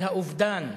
על האובדן,